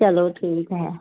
चलो ठीक है